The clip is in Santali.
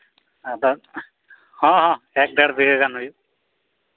ᱟᱫᱚ ᱦᱚᱸ ᱦᱚᱸ ᱮᱹᱠ ᱰᱮᱲ ᱵᱤᱜᱷᱟᱹ ᱜᱟᱱ ᱦᱩᱭᱩᱜ